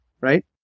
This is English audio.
right